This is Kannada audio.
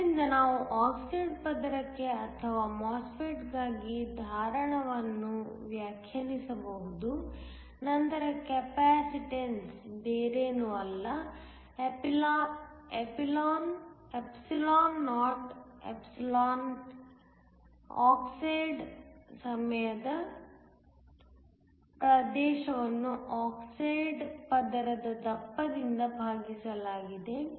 ಆದ್ದರಿಂದ ನಾವು ಆಕ್ಸೈಡ್ ಪದರಕ್ಕೆ ಅಥವಾ MOSFET ಗಾಗಿ ಧಾರಣವನ್ನು ವ್ಯಾಖ್ಯಾನಿಸಬಹುದು ನಂತರ ಕೆಪಾಸಿಟನ್ಸ್ ಬೇರೇನೂ ಅಲ್ಲ ಎಪ್ಸಿಲಾನ್ ನಾಟ್ ಎಪ್ಸಿಲಾನ್ ಆಕ್ಸೈಡ್ ಸಮಯದ ಪ್ರದೇಶವನ್ನು ಆಕ್ಸೈಡ್ ಪದರದ ದಪ್ಪದಿಂದ ಭಾಗಿಸಲಾಗಿದೆ